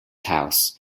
house